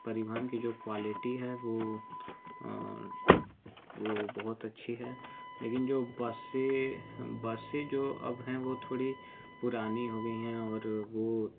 परिवहन की जो क्वालिटी है वो वो बहुत अच्छी है लेकिन जो बसें बसें जो अब हैं वो थोड़ी पुरानी हो गई हैं और वो